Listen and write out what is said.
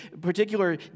particular